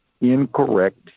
incorrect